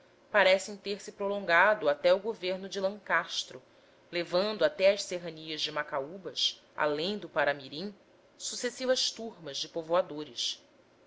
parecem ter-se prolongado até ao governo de lencastre levando até às serranias de macaúbas além do paramirim sucessivas turmas de povoadores